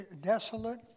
desolate